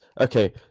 okay